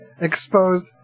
exposed